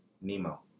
Nemo